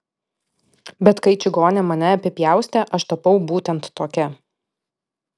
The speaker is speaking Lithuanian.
bet kai čigonė mane apipjaustė aš tapau būtent tokia